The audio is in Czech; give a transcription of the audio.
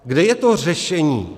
Kde je to řešení?